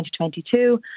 2022